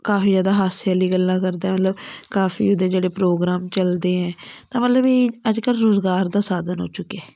ਕਾਫੀ ਜ਼ਿਆਦਾ ਹਾਸੇ ਵਾਲੀ ਗੱਲਾਂ ਕਰਦਾ ਮਤਲਬ ਕਾਫੀ ਉਹਦੇ ਜਿਹੜੇ ਪ੍ਰੋਗਰਾਮ ਚੱਲਦੇ ਹੈ ਤਾਂ ਮਤਲਬ ਵੀ ਅੱਜ ਕੱਲ੍ਹ ਰੁਜ਼ਗਾਰ ਦਾ ਸਾਧਨ ਹੋ ਚੁੱਕੇ ਹੈ